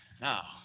Now